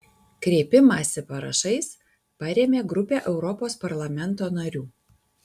kreipimąsi parašais parėmė grupė europos parlamento narių